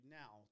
now